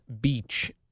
Beach